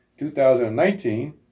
2019